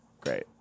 great